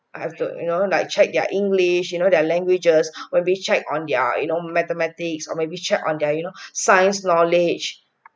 after you know like check their english you know their languages when we checked on their you now mathematics or maybe check you now their science knowledge